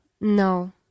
No